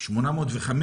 805